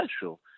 special